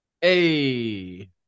Hey